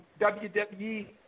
WWE